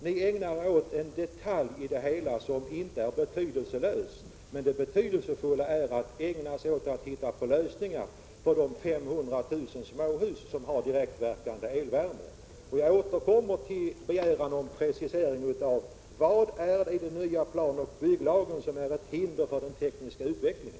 Ni ägnar er åt en detalj i det hela som inte är betydelselös, men det betydelsefulla är att hitta lösningar för de 500 000 småhus som har direktverkande elvärme. Jag återkommer till min begäran om en precisering av vad i den nya planoch bygglagen som utgör ett hinder för den tekniska utvecklingen.